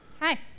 Hi